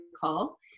call